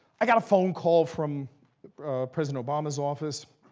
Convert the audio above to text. i got a phone call from president obama's office